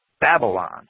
Babylon